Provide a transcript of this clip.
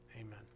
Amen